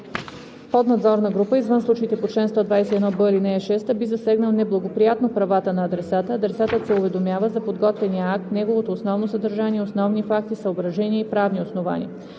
поднадзорна група, извън случаите по чл. 121б, ал. 6, би засегнал неблагоприятно правата на адресата, адресатът се уведомява за подготвяния акт, неговото основно съдържание, основни факти, съображения и правни основания.